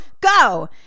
go